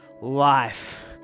life